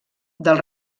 del